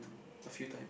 a few times